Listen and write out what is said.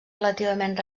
relativament